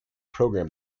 program